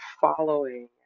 following